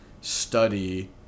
study